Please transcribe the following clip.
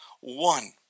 one